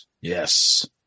Yes